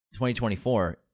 2024